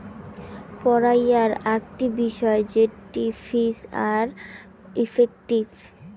পড়াইয়ার আকটি বিষয় জেটটি ফিজ আর ইফেক্টিভ